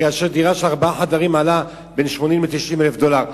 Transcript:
כאשר דירה של ארבעה חדרים עלתה בין 80,000 ל-90,000 דולר,